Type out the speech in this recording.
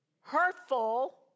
hurtful